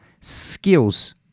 skills